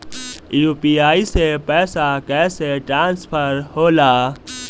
UPI से पैसा कैसे ट्रांसफर होला?